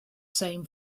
same